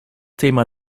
thema